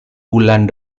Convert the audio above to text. bulan